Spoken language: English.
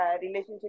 relationship